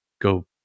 go